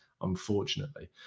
unfortunately